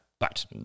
But